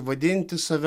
vadinti save